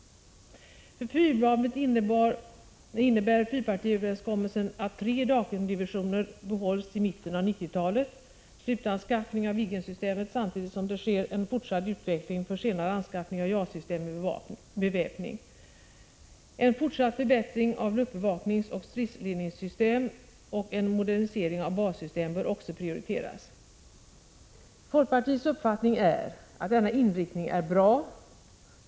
För flygvapnet innebär fyrpartiöverenskommelsen att tre Draken-divisioner behålls till mitten av 1990-talet, att man gör slutanskaffning av Viggen-systemet samtidigt som det sker en fortsatt utveckling för senare anskaffning av JAS-systemet med beväpning. En fortsatt förbättring av luftbevakningsoch stridsledningssystem och en modernisering av bassystemet bör också prioriteras. Folkpartiets uppfattning är, att denna inriktning är bra.